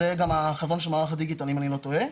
זה גם החזון של מערך הדיגיטל אם אני לא טועה,